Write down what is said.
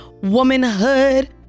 womanhood